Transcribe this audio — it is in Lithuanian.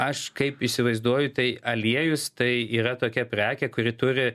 aš kaip įsivaizduoju tai aliejus tai yra tokia prekė kuri turi